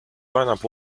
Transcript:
lineup